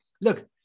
look